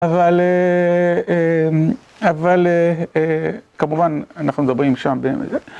אבל, אבל כמובן אנחנו מדברים שם באמת